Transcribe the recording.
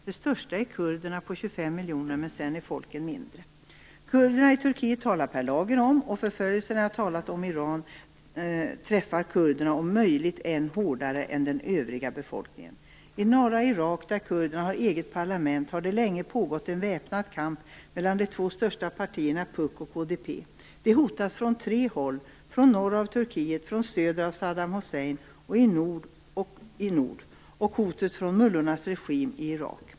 Den största är kurderna med 25 miljoner, och sedan är folken mindre. Kurderna i Turkiet talar Per Lager om, och förföljelserna i Iran har jag talat om. De träffar kurderna om möjligt än hårdare än den övriga befolkningen. I norra Irak, där kurderna har eget parlament har det länge pågått en väpnad kamp mellan de två största partierna PUK och KDP. De hotas från tre håll. Från norr av Turkiet, från söder av Saddam Hussein och från mullornas regim i Irak.